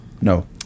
No